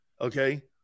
Okay